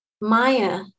Maya